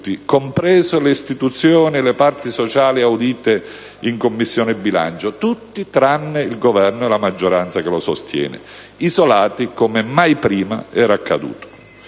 comprese le istituzioni e le parti sociali audite in Commissione bilancio; tutti, tranne il Governo e la maggioranza che lo sostiene, isolati come mai prima era accaduto.